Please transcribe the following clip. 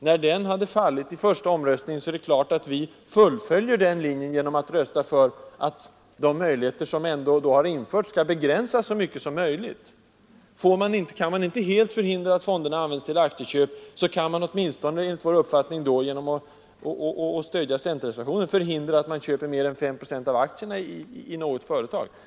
När vårt förslag hade fallit i den första omröstningen fullföljde vi naturligtvis den linjen genom att rösta för att de möjligheter, som då ändå hade införts, skulle begränsas så mycket som möjligt. När vi inte hade lyckats förhindra att fonderna använts till aktieköp ville vi åtminstone genom att stödja centerreservationen försöka förhindra att man köper mer än 5 procent av aktierna i något företag.